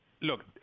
Look